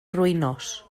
ruïnós